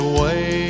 away